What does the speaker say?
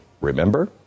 Remember